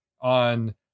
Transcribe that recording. on